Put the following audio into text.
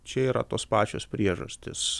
čia yra tos pačios priežastys